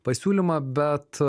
pasiūlymą bet